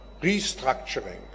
restructuring